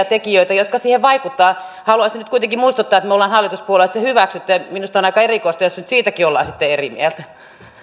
tekijöitä jotka siihen vaikuttavat haluaisin nyt kuitenkin muistuttaa että me olemme hallituspuolueet sen hyväksyneet minusta on aika erikoista jos nyt siitäkin ollaan sitten eri mieltä